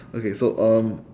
okay so um